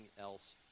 else